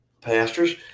pastors